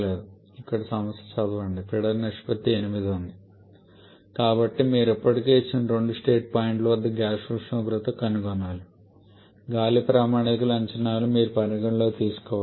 కాబట్టి ఇక్కడ సమస్యను చదవండి పీడన నిష్పత్తి 8 ఉంది కాబట్టి మీరు ఇప్పటికే ఇచ్చిన రెండు స్టేట్ పాయింట్ల వద్ద గ్యాస్ ఉష్ణోగ్రతను కనుగొనాలి గాలి ప్రామాణిక అంచనాలను మీరు పరిగణనలోకి తీసుకోవాలి